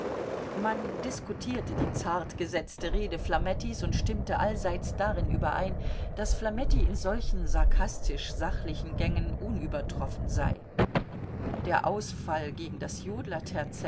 man diskutierte die zart gesetzte rede flamettis und stimmte allseits darin überein daß flametti in solchen sarkastisch sachlichen gängen unübertroffen sei der ausfall gegen das